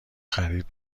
خرید